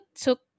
took